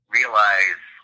realize